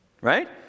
Right